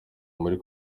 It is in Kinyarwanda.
muri